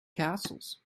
castles